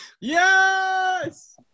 Yes